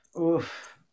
Oof